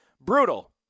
Brutal